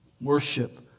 worship